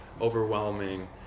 overwhelming